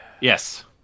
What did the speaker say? Yes